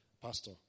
Pastor